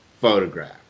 photograph